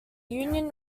union